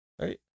right